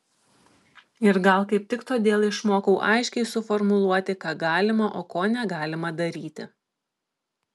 ir gal kaip tik todėl išmokau aiškiai suformuluoti ką galima o ko negalima daryti